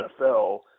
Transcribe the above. NFL